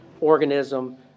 Organism